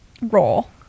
role